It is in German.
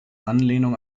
anlehnung